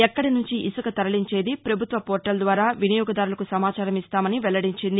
ఎక్కడినుంచి ఇసుక తరలించేది ప్రభుత్వ పోర్టల్ ద్వారా వినియోగదారులకు సమాచారం ఇస్తామని వెల్లడించింది